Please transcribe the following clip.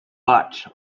but